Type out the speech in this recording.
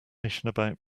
information